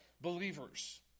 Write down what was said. believers